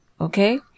Okay